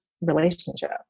relationship